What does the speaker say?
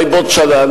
אולי בעוד שנה.